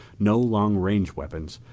no long range weapons,